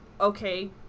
Okay